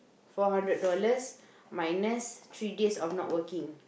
four hundred dollars minus three days of not working